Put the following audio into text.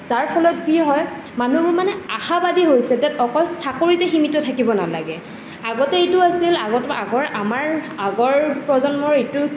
যাৰ ফলত কি হয় মানুহবোৰ মানে আশাবাদী হৈছে ডেট অকল চাকৰিতে সিমীত থাকিব নালাগে আগতে এইটো আছিল আগৰ আগৰ আমাৰ আগৰ প্ৰজন্মৰ এইটো